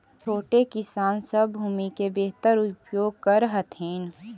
छोटे किसान सब भूमि के बेहतर उपयोग कर हथिन